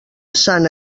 sant